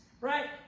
right